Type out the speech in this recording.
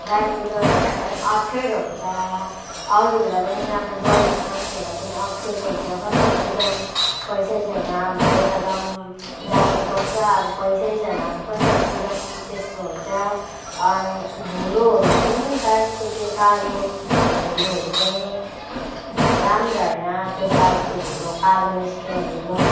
गाडी कुदाउनेहरूलाई पनि अप्ठ्यारो हुन्छ अरूहरूलाई पनि अब गरिब मान्छेहरूलाई पनि अप्ठ्यारो हुन्छ कसरी कुदाउ पैसै छैन अब यता जाउँ जानुपर्छ अब पैसै छैन अब कसरी कुदाउ त्यस्तो हुन्छ अनि धुलोहरू पनि बाइकको त्यो कालो धुलोहरू पनि राम्रो होइन त्यो बाइकको धुलो कालो निस्किने धुलो